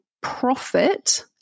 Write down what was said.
profit